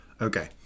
Okay